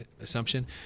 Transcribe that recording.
assumption